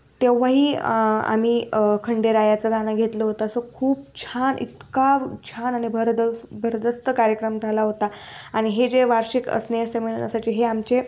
तेव्हाही आम्ही खंडेरायाचं गाणं घेतलं होतं सो खूप छान इतका छान आणि भरदस भारदस्त कार्यक्रम झाला होता आणि हे जे वार्षिक स्नेहसंमेलन असायचे हे आमचे